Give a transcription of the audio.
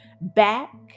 back